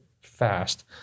fast